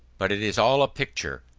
but it is all a picture,